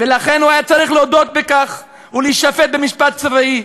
ולכן הוא היה צריך להודות בכך ולהישפט במשפט צבאי,